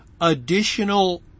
additional